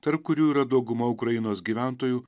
tarp kurių yra dauguma ukrainos gyventojų